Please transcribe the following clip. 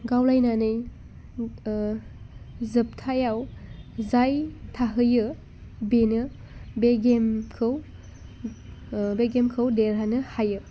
गावलायनानै जोबथायाव जाय थाहैयो बेनो बे गेमखौ बे गेमखौ देरहानो हायो